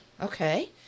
Okay